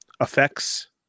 effects